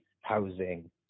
housing